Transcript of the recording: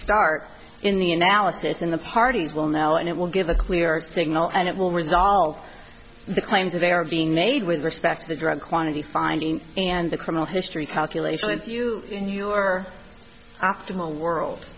start in the analysis in the parties will know and it will give a clearer signal and it will resolve the claims of error of being made with respect to the drug quantity finding and the criminal history calculation and you in your optimal world